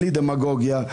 בלי דמגוגיה,